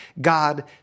God